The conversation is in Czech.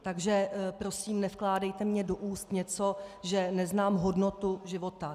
Takže prosím, nevkládejte mně do úst něco, že neznám hodnotu života.